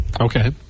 Okay